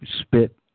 spit